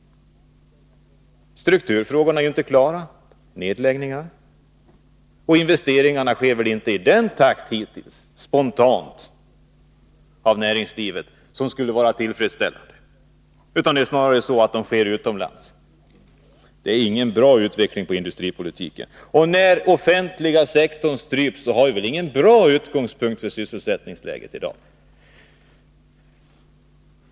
Strukturproblemen — jag tänker då särskilt på nedläggningarna — är ännu inte lösta. De spontana investeringarna har hittills inte gjorts av näringslivet i en takt som är tillfredsställande. Det är snarare så att investeringarna sker utomlands. Det är ingen bra utveckling av industrin. Till det kommer att offentliga sektorn stryps. Det är väl ingen bra utgångspunkt för sysselsättningen i dag!